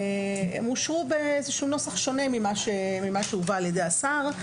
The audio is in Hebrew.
הם אושרו באיזשהו נוסח שונה ממה שהובא על-ידי השר.